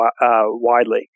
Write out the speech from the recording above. widely